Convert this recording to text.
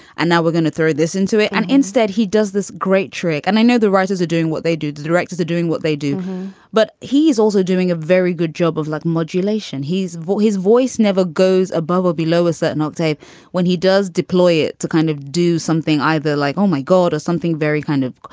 and now we're gonna throw this into it. and instead he does this great trick. and i know the writers are doing what they do. the directors are doing what they do but he's also doing a very good job of luck modulation. his voice, his voice never goes above or below a certain octave when he does deploy it to kind of do something either like, oh, my god or something. very kind of.